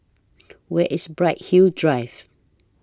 Where IS Bright Hill Drive